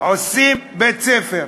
עושים בית-ספר.